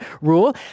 rule